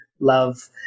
love